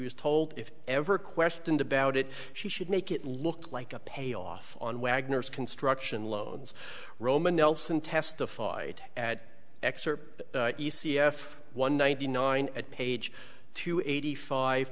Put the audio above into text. was told if ever questioned about it she should make it look like a payoff on wagner's construction loans roman nelson testified at xor e c f one ninety nine at page two eighty five